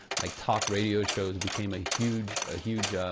like talk radio shows became a huge ah huge